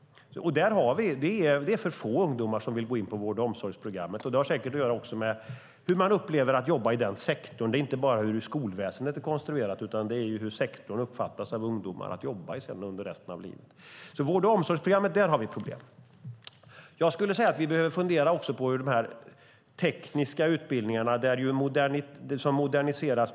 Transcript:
Det är för få ungdomar som vill gå in på vård och omsorgsprogrammet. Det har säkert att göra också med hur man upplever att jobba i den sektorn. Det är inte bara hur skolväsendet är konstruerat, utan det är hur sektorn uppfattas av ungdomar som arbetsplats för resten av livet. Vi behöver också fundera över de tekniska utbildningarna.